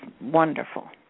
wonderful